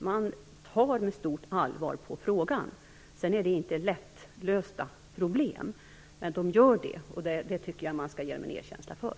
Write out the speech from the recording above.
Man ser med stort allvar på frågan. Det är inte lättlösta problem, men man försöker, och det tycker jag att vi skall ge en erkänsla för.